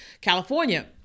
California